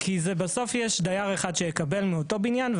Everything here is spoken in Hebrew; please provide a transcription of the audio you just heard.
כי בסוף יש דייר אחד שיקבל מאותו בניין,